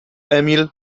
emil